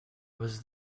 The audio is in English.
was